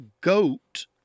goat